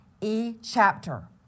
e-chapter